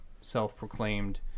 self-proclaimed